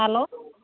hello